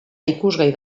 ikusgai